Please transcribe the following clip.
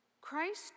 Christ